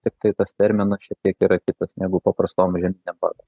tiktai tas terminas šiek tiek yra kitas negu paprastom žieminėm padangom